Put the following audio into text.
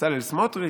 בצלאל סמוטריץ'